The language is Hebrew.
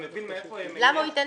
אני מבין מאיפה הם -- למה הוא ייתן